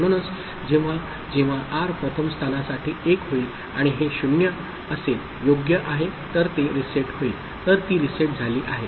म्हणून जेव्हा जेव्हा आर प्रथम स्थानासाठी 1 होईल आणि हे 0 योग्य असेल तर ते रीसेट होईल तर ती रीसेट झाली आहे